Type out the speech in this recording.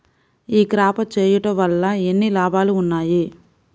ఈ క్రాప చేయుట వల్ల ఎన్ని లాభాలు ఉన్నాయి?